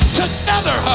together